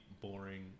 boring